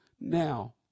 Now